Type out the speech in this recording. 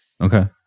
Okay